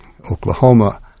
Oklahoma